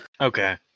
Okay